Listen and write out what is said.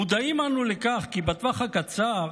מודעים אנו לכך כי בטווח הקצר